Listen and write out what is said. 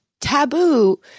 taboo –